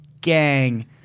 gang